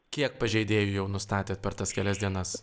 kiek pažeidėjų jau nustatėt per tas kelias dienas